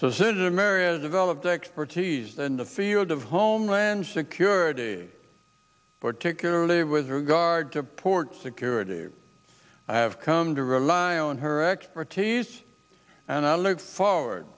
so senator marea developed expertise then the field of homeland security particularly with regard to port security i have come to rely on her expertise and i look forward